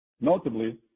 Notably